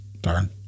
darn